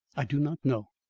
i do not know,